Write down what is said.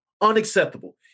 Unacceptable